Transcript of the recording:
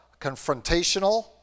confrontational